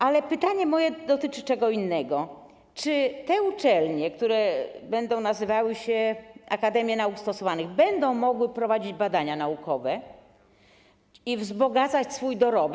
Ale moje pytanie dotyczy czego innego: Czy te uczelnie, które będą nazywały się: akademia nauk stosowanych, będą mogły prowadzić badania naukowe i wzbogacać swój dorobek?